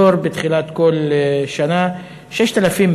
יש בתחילת כל שנה מחסור באלפי חדרי לימוד.